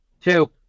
Two